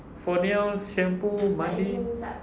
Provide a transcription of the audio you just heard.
for nails shampoo mandi